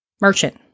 Merchant